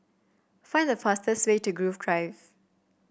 find the fastest way to Grove Drive